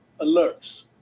alerts